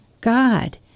God